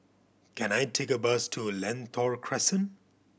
can I take a bus to Lentor Crescent